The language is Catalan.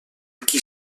qui